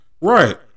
Right